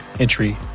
Entry